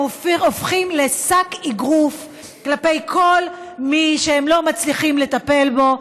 הופכים לשק אגרוף של כל מי שהם לא מצליחים לטפל בו,